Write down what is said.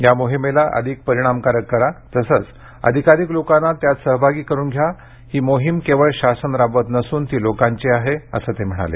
या मोहिमेला अधिक परिणामकारक करा तसंच अधिकाधिक लोकांना यात सहभागी करून घ्या ही मोहीम केवळ शासन राबवत नसून ती लोकांची आहे असं ते म्हणाले